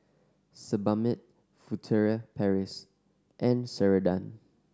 Sebamed Furtere Paris and Ceradan